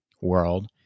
world